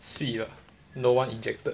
是的 no one ejected